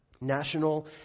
National